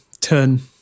turn